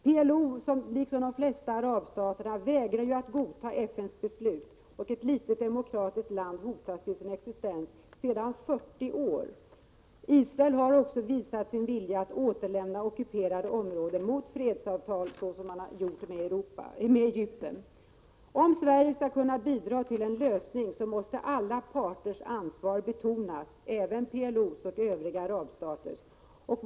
PLO, liksom de flesta arabstaterna, vägrar ju att godta FN:s beslut och ett litet demokratiskt land har under 40 år hotats till sin existens. Israel har också visat sin vilja att mot fredsavtal återlämna ockuperade områden, så som man har gjort med Egypten. Om Sverige skall kunna bidra till en lösning, måste alla parters ansvar betonas, även PLO:s och de olika arabstaternas.